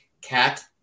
cat